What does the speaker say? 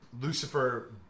Lucifer